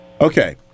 Okay